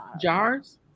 Jars